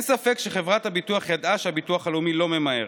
אין ספק שחברת הביטוח ידעה שהביטוח הלאומי לא ממהר,